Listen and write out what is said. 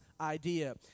idea